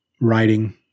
writing